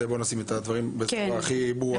בואו נשים את הדברים בצורה הכי ברורה שיש.